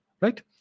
Right